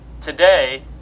today